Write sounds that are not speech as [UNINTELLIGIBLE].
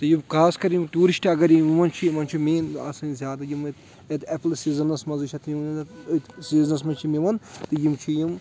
تہٕ یِم خاص کَر یِم ٹیٛوٗرِسٹہٕ اگر یِوان چھِ یِمَن چھُ مین آسَان زیادٕ یِم ایپلہٕ سیٖزَنَس منٛزٕے چھِ اَتھ [UNINTELLIGIBLE] أتھۍ سیٖزنَس منٛز چھِ یِم یِوان تہٕ یِم چھِ یِم